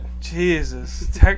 Jesus